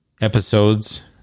episodes